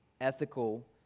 ethical